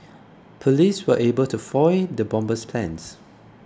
police were able to foil the bomber's plans